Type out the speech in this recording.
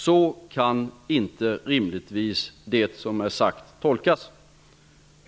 Så kan det som har sagts rimligtvis inte tolkas.